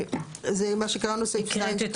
זה מה שקראנו סעיף (ז) שקראנו.